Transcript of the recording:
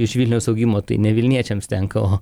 iš vilniaus augimo tai ne vilniečiams tenka o